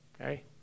okay